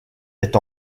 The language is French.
est